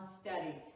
steady